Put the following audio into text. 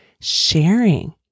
sharing